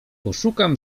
poszukam